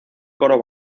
coro